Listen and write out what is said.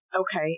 Okay